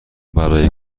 برای